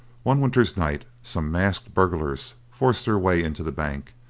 one winter's night some masked burglars forced their way into the bank,